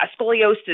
scoliosis